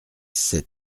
sept